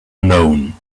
known